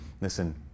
listen